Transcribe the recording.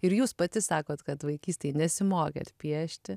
ir jūs pati sakot kad vaikystėj nesimokėt piešti